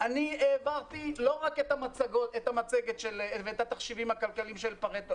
לא רק את המצגות ואת התחשיבים הכלכליים של פרטו,